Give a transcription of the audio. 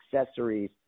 accessories